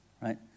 Right